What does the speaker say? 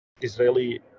Israeli